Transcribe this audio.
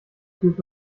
fühlt